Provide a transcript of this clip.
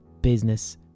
business